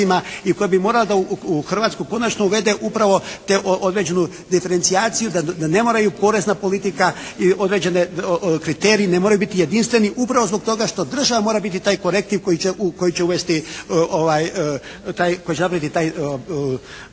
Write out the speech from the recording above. i koja bi morala da u Hrvatsku konačno uvede upravo te određenu diferencijaciju da ne moraju porezna politika i određene kriteriji ne moraju biti jedinstveni upravo zbog toga što država mora biti korektiv koji će uvesti, koji će napraviti taj balans